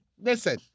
listen